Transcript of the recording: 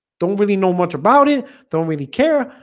don't really know much about it don't really care,